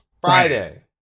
Friday